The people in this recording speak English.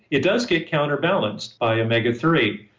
it does get counterbalanced by omega three.